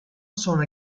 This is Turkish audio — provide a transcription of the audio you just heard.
sonra